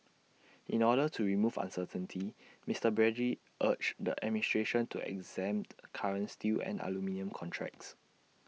in order to remove uncertainty Mister Brady urged the administration to exempt current steel and aluminium contracts